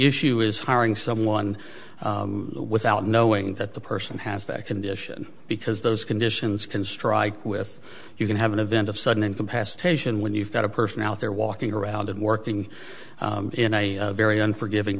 issue is hiring someone without knowing that the person has that condition because those conditions can strike with you can have an event of sudden incapacitation when you've got a person out there walking around and working in a very unforgiving